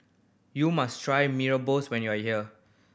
you must try Mee Rebus when you are here